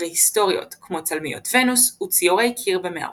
פרהיסטורית כמו צלמיות ונוס וציורי קיר במערות.